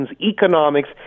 economics